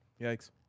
Yikes